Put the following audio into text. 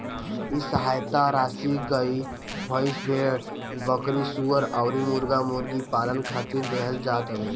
इ सहायता राशी गाई, भईस, भेड़, बकरी, सूअर अउरी मुर्गा मुर्गी पालन खातिर देहल जात हवे